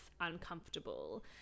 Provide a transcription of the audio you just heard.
uncomfortable